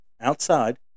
outside